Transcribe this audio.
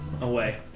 away